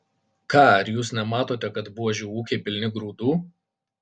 ką ar jūs nematote kad buožių ūkiai pilni grūdų